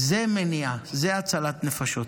זו מניעה, זו הצלת נפשות.